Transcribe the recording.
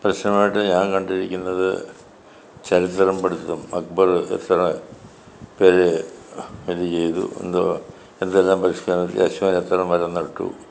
പ്രശ്നമായിട്ട് ഞാൻ കണ്ടിരിക്കുന്നത് ചരിത്രം പഠിത്തം അക്ബറ് എത്ര പേരെ ഇത് ചെയ്തു എന്തുവാ എന്തെല്ലാം പരിഷ്ക്കാരം അശോകൻ എത്ര മരം നട്ടു